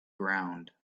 ground